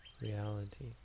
reality